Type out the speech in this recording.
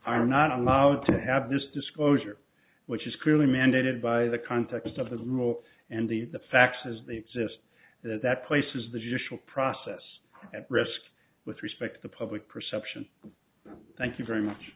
are not allowed to have this disclosure which is clearly mandated by the context of the rule and the facts as they exist that places the judicial process at rest with respect to public perception thank you very much